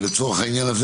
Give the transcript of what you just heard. לצורך העניין הזה